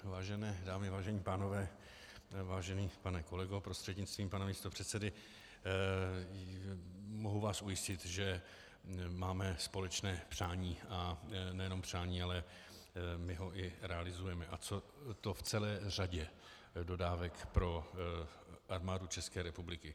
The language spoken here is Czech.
Vážené dámy a pánové, vážený pane kolego prostřednictvím pana místopředsedy, mohu vás ujistit, že máme společné přání, ale nejenom přání, ale my ho i realizujeme, a to v celé řadě dodávek pro Armádu České republiky.